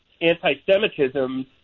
anti-Semitism